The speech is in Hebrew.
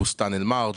אם זה בבוסתאן אל-מרג',